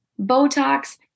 Botox